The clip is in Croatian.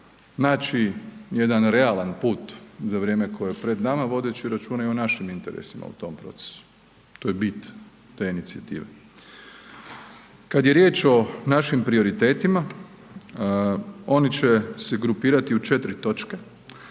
naći jedan realan put za vrijeme koje je pred nama vodeći računa i o našim interesima u tom procesu, to je bit te inicijative. Kad je riječ o našim prioritetima, oni će se grupirati u 4 točke,